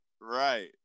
Right